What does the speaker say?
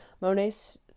Monet's